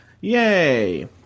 Yay